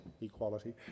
equality